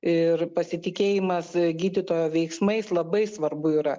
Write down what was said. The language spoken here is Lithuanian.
ir pasitikėjimas gydytojo veiksmais labai svarbu yra